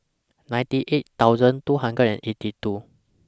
ninety eight thousand two hundred and eighty two